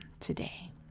today